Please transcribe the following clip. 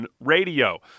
radio